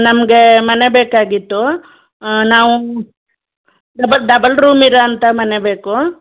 ನಮಗೆ ಮನೆ ಬೇಕಾಗಿತ್ತು ನಾವು ಡಬ ಡಬಲ್ ರೂಮ್ ಇರೋ ಅಂಥ ಮನೆ ಬೇಕು